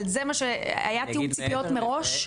אבל היה תיאום ציפיות מראש?